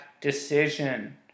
decision